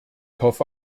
hoffe